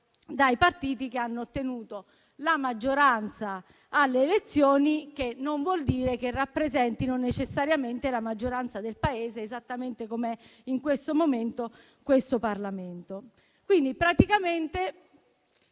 dai partiti che hanno ottenuto la maggioranza alle elezioni. Ricordo che ciò non vuol dire che rappresentino necessariamente la maggioranza del Paese, esattamente come avviene ora con questo Parlamento. Praticamente